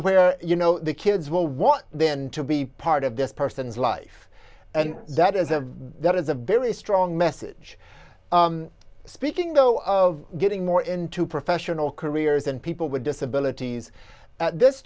where you know the kids well what then to be part of this person's life and that as a that is a very strong message speaking though of getting more into professional careers and people with disabilities at this